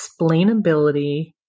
explainability